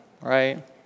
right